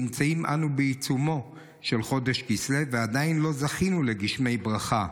נמצאים אנו בעיצומו של חודש כסלו ועדיין לא זכינו לגשמי ברכה.